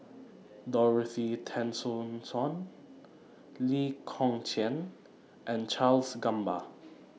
Dorothy Tessensohn Lee Kong Chian and Charles Gamba